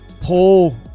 Paul